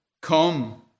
come